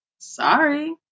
Sorry